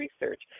research